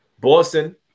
Boston